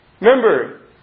Remember